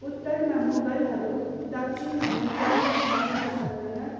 उत्तरमा मुगलहरू दक्षिणमा निजाम र बङ्गाल सल्तनत